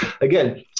again